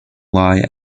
lie